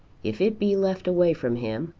if it be left away from him,